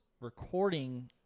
recording